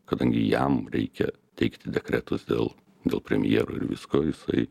kadangi jam reikia teikti dekretus dėl dėl premjero ir visko jisai